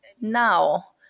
now